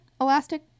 Elastic